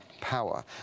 power